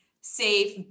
safe